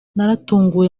naratunguwe